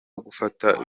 gufata